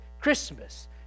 Christmas